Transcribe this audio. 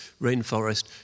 rainforest